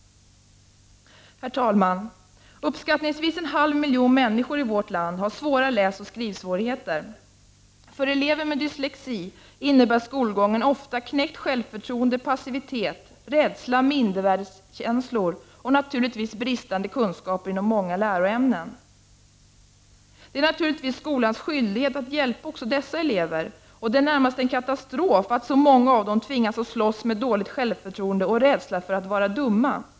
Herr talman! Uppskattningsvis en halv miljon människor i vårt land har svåra läsoch skrivsvårigheter. För elever med dyslexi innebär skolgången ofta knäckt självförtroende, passivitet, rädsla, mindervärdeskänslor och naturligtvis bristande kunskaper inom många läroämnen. Det är naturligtvis skolans skyldighet att hjälpa även dessa elever, och det är närmast en katastrof att så många av dem tvingas att slåss mot dåligt självförtroende och rädslan för att vara ”dumma”.